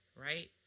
right